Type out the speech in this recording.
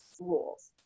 rules